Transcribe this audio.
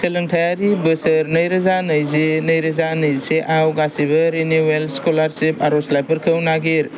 सोलोंथायारि बोसोर नैरोजा नैजि नैरोजा नैजिसे आव गासिबो रिनिउयेल स्कलारशिप आर'जलाइफोरखौ नागिर